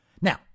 now